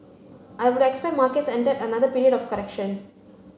I would expect markets entered another period of correction